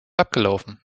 abgelaufen